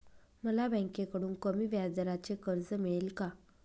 मला बँकेकडून कमी व्याजदराचे कर्ज मिळेल का?